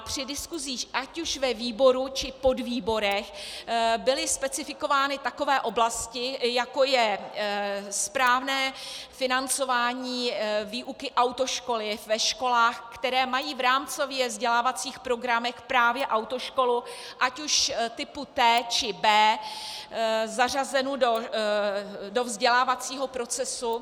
Při diskusích ať už ve výboru, či podvýborech byly specifikovány takové oblasti, jako je správné financování výuky autoškoly ve školách, které mají v rámcově vzdělávacích programech právě autoškolu ať už typu T, či B zařazenu do vzdělávacího procesu.